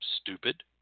stupid